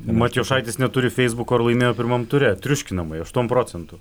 matijošaitis neturi feisbuko ir laimėjo pirmam ture triuškinamai aštuom procentų